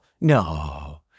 No